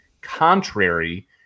contrary